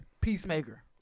Peacemaker